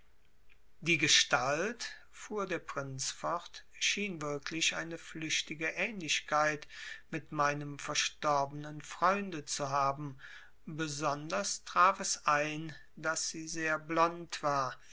die gestalt fuhr der prinz fort schien wirklich eine flüchtige ähnlichkeit mit meinem verstorbenen freunde zu haben besonders traf es ein daß sie sehr blond war